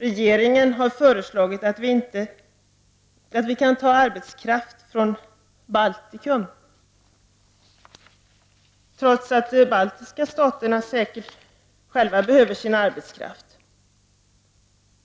Regeringen har föreslagit att vi kan ta arbetskraft från Baltikum, trots att de baltiska staterna säkert själva behöver sin arbetskraft.